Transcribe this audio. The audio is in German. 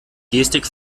gestik